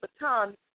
baton